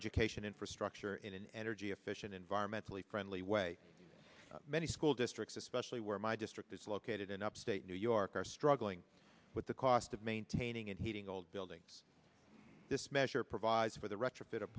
edge cation infrastructure in an energy efficient environmentally friendly way many school districts especially where my district is located in upstate new york are struggling with the cost of maintaining and heating old buildings this measure provides for the retrofit